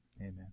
Amen